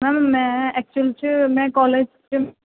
ma'am ਮੈਂ actual 'ਚ ਮੈਂ ਕਾਲਜ 'ਚ